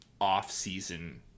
off-season